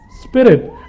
spirit